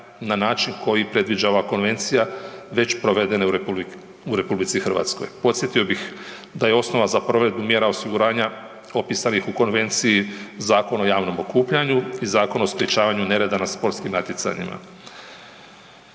na način koji predviđa ova konvencija već provedene u RH. Podsjetio bih da je osnova za provedbu mjera osiguranja opisanih u konvenciji Zakon o javnom okupljanju i Zakon o sprječavanju nereda na sportskim natjecanjima.